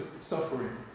suffering